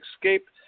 escape